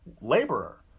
laborer